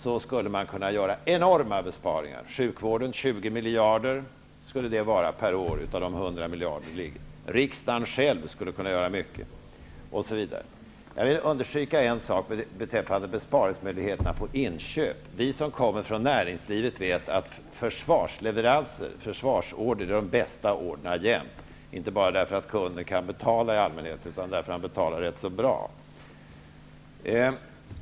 Man skulle alltså kunna göra enorma besparingar: sjukvården 20 miljarder per år av de 100 miljarderna, riksdagen själv skulle kunna göra mycket, osv. Jag vill understryka en sak beträffande möjligheterna till besparingar på inköp. Vi som kommer från näringslivet vet att försvarsorder jämt är de bästa orderna, inte bara därför att kunden i allmänhet kan betala utan också därför att han betalar rätt så bra.